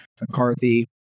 McCarthy